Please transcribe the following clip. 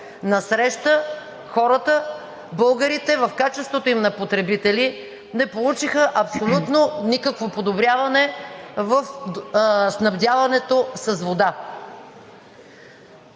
насреща хората, българите в качеството им на потребители, не получиха абсолютно никакво подобряване в снабдяването с вода.